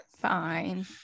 Fine